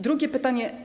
Drugie pytanie.